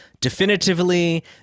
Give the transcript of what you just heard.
definitively